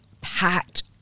packed